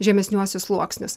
žemesniuosius sluoksnius